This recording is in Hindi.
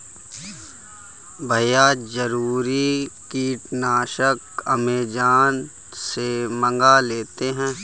भैया जरूरी कीटनाशक अमेजॉन से मंगा लेते हैं